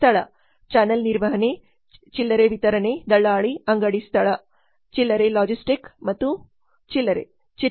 ಸ್ಥಳ ಚಾನಲ್ ನಿರ್ವಹಣೆ ಚಿಲ್ಲರೆ ವಿತರಣೆ ದಳ್ಳಾಲಿ ಅಂಗಡಿ ಸ್ಥಳ ಚಿಲ್ಲರೆ ಲಾಜಿಸ್ಟಿಕ್ ಮತ್ತು ಚಿಲ್ಲರೆ ಚಿತ್ರ